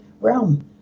realm